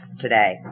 today